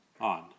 on